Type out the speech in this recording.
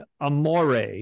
Amore